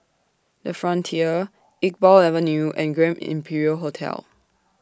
The Frontier Iqbal Avenue and Grand Imperial Hotel